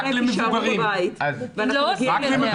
תישארו בבית ואנחנו נגיע אליכם לדגום.